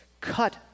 cut